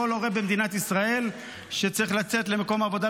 כל הורה במדינת ישראל שצריך לצאת למקום העבודה,